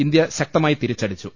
India ശക്തമായി തിരിച്ചടിച്ചു